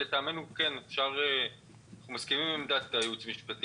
אנחנו מסכימים עם עמדת הייעוץ המשפטי